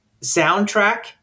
soundtrack